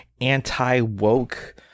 anti-woke